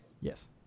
Yes